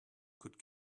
could